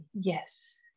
Yes